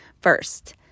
First